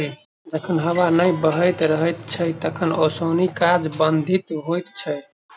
जखन हबा नै बहैत रहैत छै तखन ओसौनी काज बाधित होइत छै